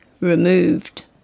removed